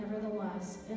Nevertheless